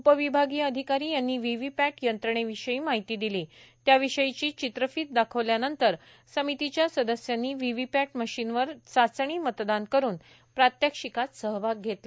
उपविभागीय अधिकारी यांनी व्हीव्हीपॅट यंत्रणेविषयी माहिती दिलीण् त्याविषयीची चित्रफीत दाखविल्यानंतर समितीच्या सदस्यांनी व्हीव्हीपॅट मशीनवर चाचणी मतदान करून प्रात्यक्षिकात सहभाग घेतला